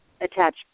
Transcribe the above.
attach